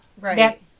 Right